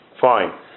fine